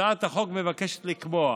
הצעת החוק מבקשת לקבוע